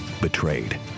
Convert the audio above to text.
betrayed